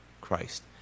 Christ